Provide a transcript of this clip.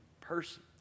person